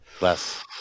Less